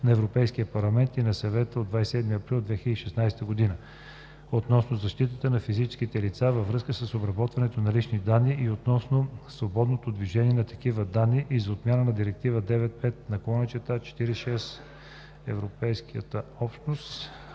на Европейския парламент и на Съвета от 27 април 2016 година относно защитата на физическите лица във връзка с обработването на лични данни и относно свободното движение на такива данни и за отмяна на Директива 95/46/ЕО (Общ регламент относно